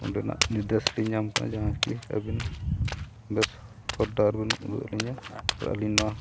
ᱚᱸᱰᱮᱱᱟᱜ ᱱᱤᱨᱫᱮᱥ ᱞᱤᱧ ᱧᱟᱢ ᱠᱟᱱᱟ ᱡᱟᱦᱟᱸᱠᱤ ᱟᱹᱵᱤᱱ ᱵᱮᱥ ᱦᱚᱨ ᱰᱟᱦᱟᱨ ᱵᱮᱱ ᱩᱫᱩᱜ ᱟᱹᱞᱤᱧᱟ ᱟᱨ ᱟᱹᱞᱤᱧ ᱱᱚᱣᱟ